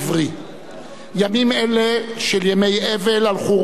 ימים אלה של אבל על חורבנה של ירושלים,